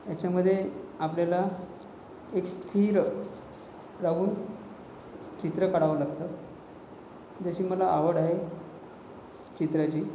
याच्यामध्ये आपल्याला एक स्थिर राहून चित्र काढावं लागतं जशी मला आवड आहे चित्राची